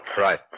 Right